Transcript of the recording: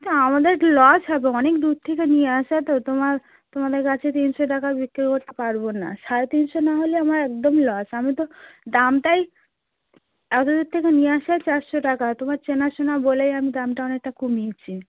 তা আমাদের তো লস হবে অনেক দূর থেকে নিয়ে আসা তো তোমার তোমাদের কাছে তিনশো টাকায় বিক্রি করতে পারব না সাড়ে তিনশো না হলে আমার একদম লস আমি তো দামটাই এত দূর থেকে নিয়ে আসা চারশো টাকা তোমার চেনাশোনা বলেই আমি দামটা অনেকটা কমিয়েছি